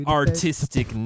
artistic